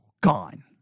gone